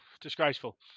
Disgraceful